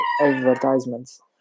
advertisements